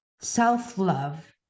Self-love